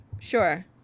Sure